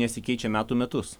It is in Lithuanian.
nesikeičia metų metus